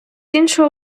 іншого